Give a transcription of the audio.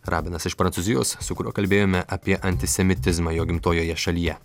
rabinas iš prancūzijos su kuriuo kalbėjome apie antisemitizmą jo gimtojoje šalyje